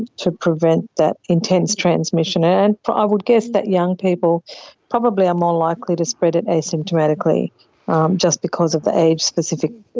to prevent that intense transmission. and i would guess that young people probably are more likely to spread it asymptomatically just because of the age specific